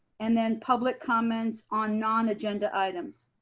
and then public comments on non-agenda items.